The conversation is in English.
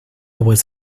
was